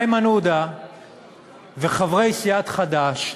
איימן עודה וחברי סיעת חד"ש,